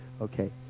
okay